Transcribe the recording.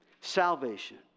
salvation